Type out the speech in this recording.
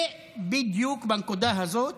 ובדיוק בנקודה הזאת